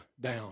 down